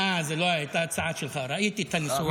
אה, זו הייתה ההצעה שלך, ראיתי את הניסוח שלך.